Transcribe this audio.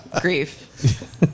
grief